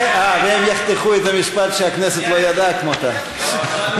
והם יחתכו את המשפט "שהכנסת לא ידעה כמותם".